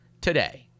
today